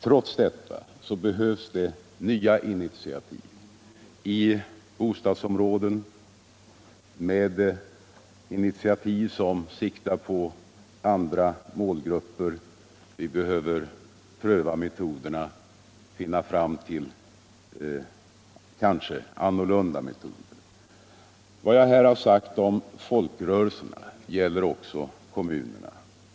Trots detta behövs det nya initiativ, t.ex. i bostadsområdena, och initiativ som siktar på andra målgrupper. Vi behöver pröva metoderna och kanske komma fram till annorlunda metoder. Vad jag här har sagt om folkrörelserna gäller också kommunerna.